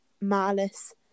malice